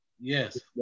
Yes